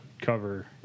cover